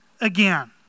again